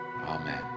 Amen